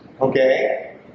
okay